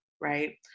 right